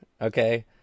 okay